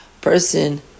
Person